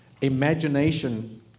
Imagination